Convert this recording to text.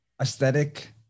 aesthetic